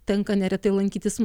tenka neretai lankytis